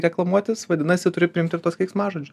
reklamuotis vadinasi turi priimti ir tuos keiksmažodžius